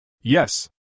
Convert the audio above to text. Yes